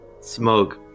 smoke